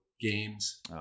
games